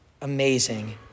amazing